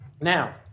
Now